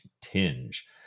tinge